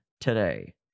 today